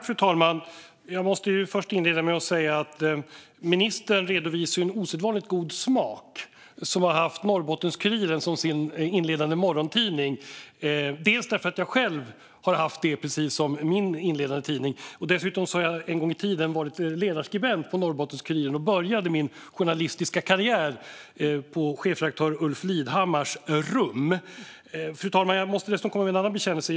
Fru talman! Jag måste säga att ministern redovisar en osedvanligt god smak som har haft Norrbottens-Kuriren som sin inledande morgontidning - dels därför att jag själv har haft densamma som min inledande tidning, dels därför att jag en gång i tiden varit ledarskribent på Norrbottens-Kuriren. Jag började min journalistiska karriär på chefredaktör Ulf Lidhammars rum. Fru talman! Jag måste dessutom komma med en annan bekännelse.